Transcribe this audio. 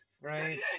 right